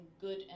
good